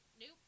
Nope